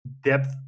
depth